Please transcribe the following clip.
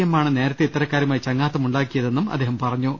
എമ്മാണ് നേരത്തെ ഇത്തരക്കാരുമായി ചങ്ങാത്തമുണ്ടാക്കിയതെന്നും അദ്ദേഹം പറഞ്ഞു